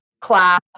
class